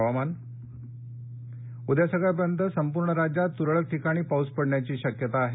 हवामान उद्या सकाळपर्यंत संपूर्ण राज्यात तूरळक ठिकाणी पाऊस पडण्याची शक्यता आहे